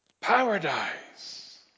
paradise